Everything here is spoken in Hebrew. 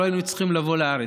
לא היינו צריכים לבוא לארץ.